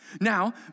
Now